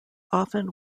often